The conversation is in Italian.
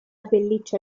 pelliccia